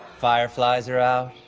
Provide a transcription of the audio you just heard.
fireflies are out.